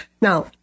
Now